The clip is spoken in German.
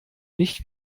nicht